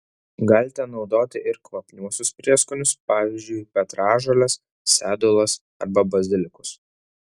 galite naudoti ir kvapniuosius prieskonius pavyzdžiui petražoles sedulas arba bazilikus